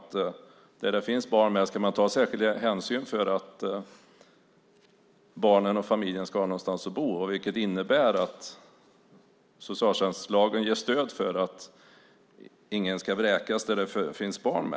Där det finns barn med ska man ta särskild hänsyn till att barnen och familjen ska ha någonstans att bo. Det innebär att socialtjänstlagen ger stöd för att inga barn ska vräkas.